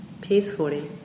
peacefully